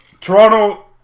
Toronto